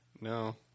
No